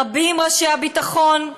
רבים ראשי הביטחון,